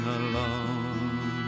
alone